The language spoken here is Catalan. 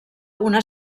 una